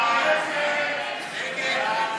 ההצעה להסיר מסדר-היום